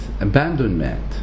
abandonment